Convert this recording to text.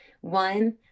one